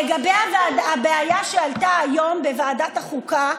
לגבי הבעיה שעלתה היום בוועדת החוקה,